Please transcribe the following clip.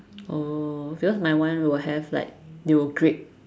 oh because my one will have like they will grade